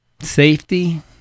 safety